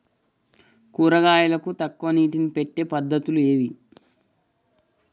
కూరగాయలకు తక్కువ నీటిని పెట్టే పద్దతులు ఏవి?